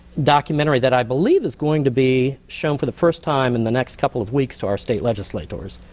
documentary that i believe is going to be shown for the first time in the next couple of weeks to our state legislators.